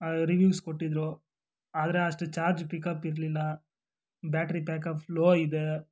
reviews ಕೊಟ್ಟಿದ್ದರು ಆದರೆ ಅಷ್ಟು ಚಾರ್ಜ್ ಪಿಕಪ್ ಇರಲಿಲ್ಲ ಬ್ಯಾಟ್ರಿ ಬ್ಯಾಕಪ್ ಲೊ ಇದೆ